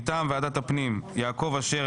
מטעם ועדת הפנים והגנת הסביבה: יעקב אשר,